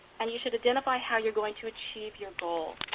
and you should identify how you're going to achieve your. our